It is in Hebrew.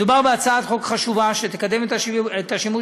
מדובר בהצעת חוק חשובה שתקדם את השימוש